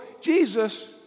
Jesus